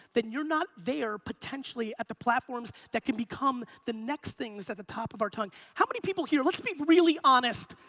then you're not there, potentially, at the platforms that could become the next things at the top of our tongue. how many people here, let's be really honest.